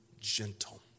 gentle